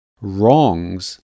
wrongs